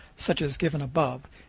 such as given above.